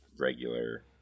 regular